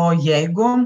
o jeigu